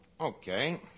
Okay